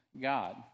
God